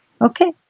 Okay